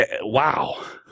wow